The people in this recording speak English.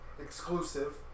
exclusive